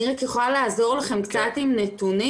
אני יכולה לעזור לכם עם נתונים.